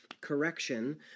correction